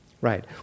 Right